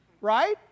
right